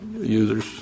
users